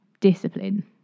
discipline